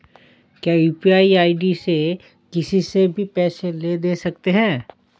क्या UPI ID से किसी से भी पैसे ले दे सकते हैं?